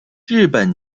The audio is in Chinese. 日本